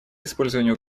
использованию